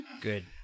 Good